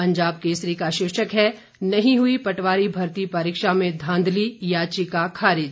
पंजाब केसरी का शीर्षक है नहीं हुई पटवारी भर्ती परीक्षा में धांधली याचिका खारिज